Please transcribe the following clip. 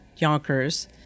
Yonkers